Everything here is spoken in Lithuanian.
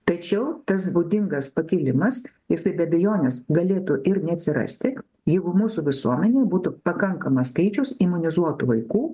tačiau tas būdingas pakilimas jisai be abejonės galėtų ir neatsirasti jeigu mūsų visuomenėje būtų pakankamas skaičius imunizuot vaikų